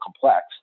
complex